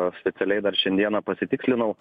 oficialiai dar šiandiena pasitikslinau